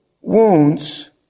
Wounds